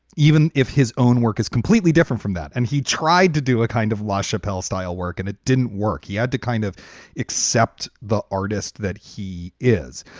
even if his own work is completely different from that. and he tried to do a kind of lachapelle style work and it didn't work. he had to kind of accept the artist that he is.